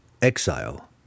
EXILE